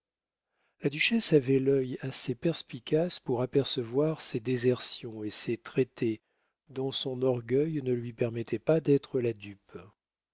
la duchesse avait l'œil assez perspicace pour apercevoir ces désertions et ces traités dont son orgueil ne lui permettait pas d'être la dupe